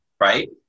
right